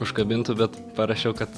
užkabintų bet parašiau kad